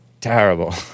Terrible